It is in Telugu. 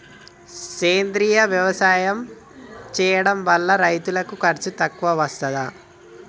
సేంద్రీయ వ్యవసాయం చేయడం వల్ల రైతులకు ఖర్చు తక్కువగా వస్తదా?